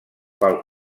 pel